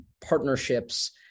partnerships